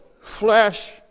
flesh